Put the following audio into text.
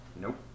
Nope